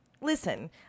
listen